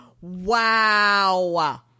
Wow